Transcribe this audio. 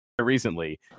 recently